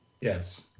Yes